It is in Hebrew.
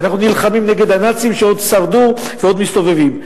ואנחנו נלחמים נגד הנאצים שעוד שרדו ועוד מסתובבים.